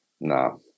no